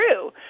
true